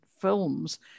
Films